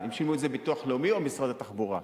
אם שילמו את זה ביטוח לאומי או משרד התחבורה.